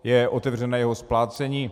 Je otevřené jeho splácení.